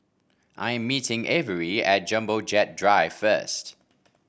I am meeting Avery at Jumbo Jet Drive first